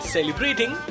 Celebrating